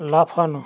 লাফানো